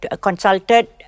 Consulted